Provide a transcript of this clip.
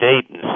Dayton